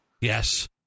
Yes